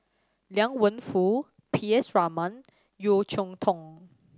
Liang Wenfu P S Raman Yeo Cheow Tong